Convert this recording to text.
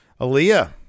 Aaliyah